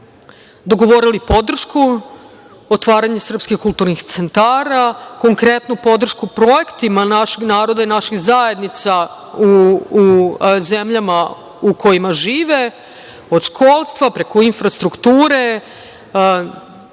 dogovorili podršku, otvaranja srpskih kulturnih centara, konkretno, podršku projektima našeg naroda i naših zajednica u zemljama u kojima žive, od školstva, infrastrukture,